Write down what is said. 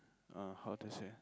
uh how to say